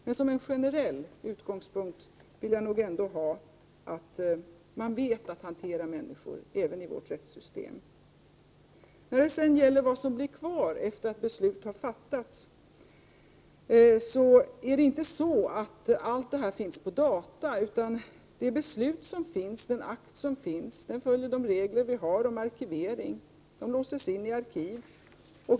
Men generellt vill jag nog säga att man vet att hantera människor även i vårt rättssystem. När det sedan gäller vad som skall finnas kvar efter det att beslut har fattats vill jag framhålla att alla uppgifter inte finns på data. Beträffande det beslut, den akt som finns följer man gällande regler om arkivering. Handlingarna låses in i arkiv.